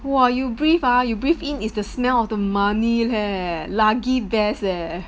!wah! you breathe ah you breathe in is the smell of the money leh lagi best eh